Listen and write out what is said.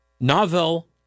novel